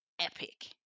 epic